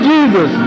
Jesus